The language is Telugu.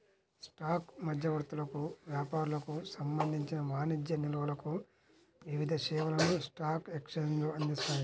స్టాక్ మధ్యవర్తులకు, వ్యాపారులకు సంబంధించిన వాణిజ్య నిల్వలకు వివిధ సేవలను స్టాక్ ఎక్స్చేంజ్లు అందిస్తాయి